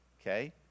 Okay